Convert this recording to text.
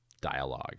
dialogue